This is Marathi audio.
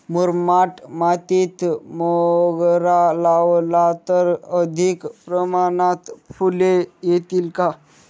मुरमाड मातीत मोगरा लावला तर अधिक प्रमाणात फूले येतील का?